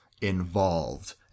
involved